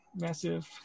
Massive